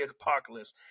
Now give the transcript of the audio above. apocalypse